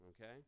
Okay